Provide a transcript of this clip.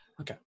Okay